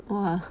!wah!